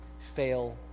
fail